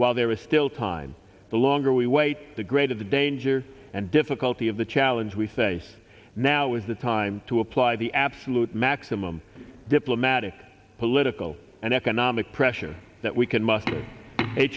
while there is still time the longer we wait the greater the danger and difficulty of the challenge we face now is the time to apply the absolute maximum diplomatic political and economic pressure that we can must